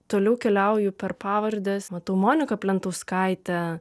toliau keliauju per pavardes matau moniką plentauskaitę